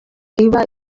iba